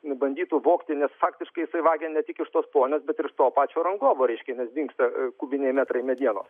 bandytų vogti nes faktiškai jisai vagia ne tik iš tos ponios bet ir to pačio rangovo va reiškia nes dingsta kubiniai metrai medienos